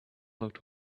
looked